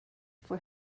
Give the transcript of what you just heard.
for